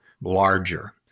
larger